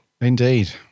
Indeed